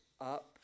up